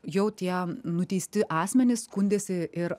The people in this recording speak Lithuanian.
jau tie nuteisti asmenys skundėsi ir